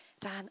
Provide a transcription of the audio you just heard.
Dan